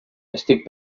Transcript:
estic